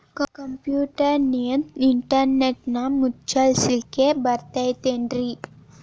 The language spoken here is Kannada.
ಕಂಪ್ಯೂಟರ್ನಿಂದ್ ಇಡಿಗಂಟನ್ನ ಮುಚ್ಚಸ್ಲಿಕ್ಕೆ ಬರತೈತೇನ್ರೇ?